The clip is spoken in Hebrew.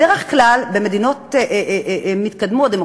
בדרך כלל במדינות מתקדמות,